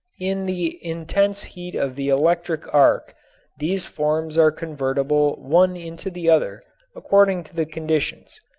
in the intense heat of the electric arc these forms are convertible one into the other according to the conditions.